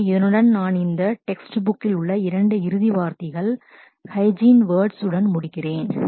எனவே அதனுடன் நான் இந்த டெக்ஸ்ட் புக் text book 2 இறுதி வார்த்தைகள் ஹைஜீனின் hygeine வேர்டுஸ் words உடன் முடிக்கிறேன்